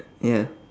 ya